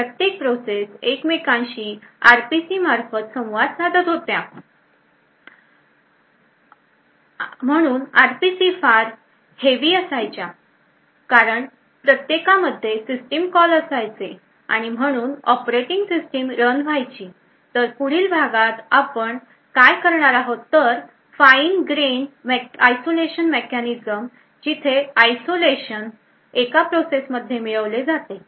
प्रत्येक प्रोसेस एकमेकांशी RPC मार्फत संवाद साधत होत्या म्हणून RPC फार heavy असायचे कारण प्रत्येकामध्ये System Call असायचे आणि म्हणून operating system रन व्हायची तर पुढील भागात आपण काय करणार आहोत तर Fine Grained Isolation Mechanism जिथे आयसोलेशन एका प्रोसेस मध्ये मिळवले जाते